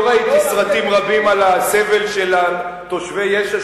ראיתי סרטים רבים על הסבל של תושבי יש"ע,